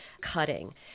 cutting